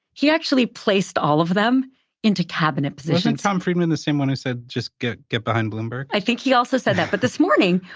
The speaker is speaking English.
he actually placed all of them into cabinet positions. wasn't tom friedman the same one who said, just get get behind bloomberg? i think he also said that. but this morning,